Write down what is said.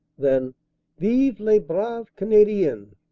than vive les braves canadiens!